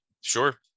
Sure